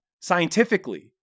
scientifically